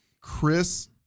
chris